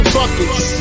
buckets